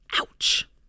Ouch